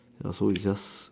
ya so is just